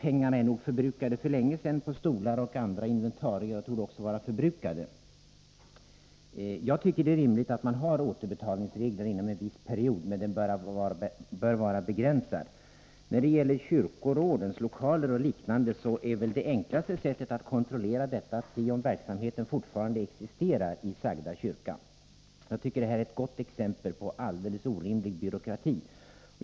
Pengarna har nog för länge sedan använts för inköp av stolar och andra inventarier och torde vara förbrukade. Jag anser att det är rimligt att man har återbetalningsregler som gäller inom en viss period, men denna period bör vara begränsad. När det gäller att kontrollera kyrkorådens lokaler och liknande är väl det enklaste sättet att se om verksamheten fortfarande existerar i sagda kyrka. Jag tycker att detta är ett gott exempel på alldeles orimlig byråkrati.